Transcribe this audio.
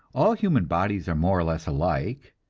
all human bodies are more or less alike,